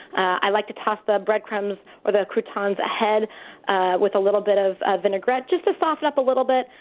i like to toss the breadcrumbs or the croutons ahead with a little bit of vinaigrette, just to soften up a little bit,